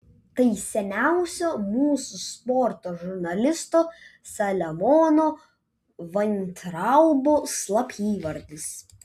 tai seniausio mūsų sporto žurnalisto saliamono vaintraubo slapyvardis